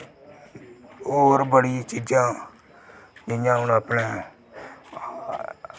होर बड़ी चीज़ां जि'यां हून अपने